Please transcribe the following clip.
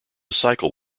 cycle